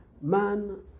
Man